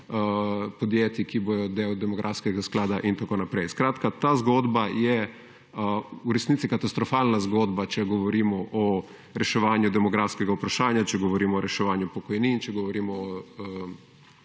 podjetij, ki bodo del demografskega sklada, itn. Skratka, ta zgodba je v resnici katastrofalna zgodba, če govorimo o reševanju demografskega vprašanja, če govorimo o reševanju pokojnin, če govorimo o